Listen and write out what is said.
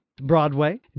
Broadway